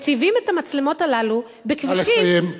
מציבים את המצלמות הללו בכבישים, נא לסיים.